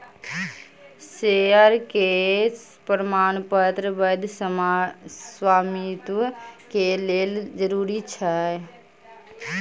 share के प्रमाणपत्र वैध स्वामित्व के लेल जरूरी अछि